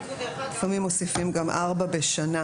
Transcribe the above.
לפעמים מוסיפים גם ארבע בשנה.